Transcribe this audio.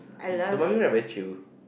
the Mummy ride very chill